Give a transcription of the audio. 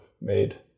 made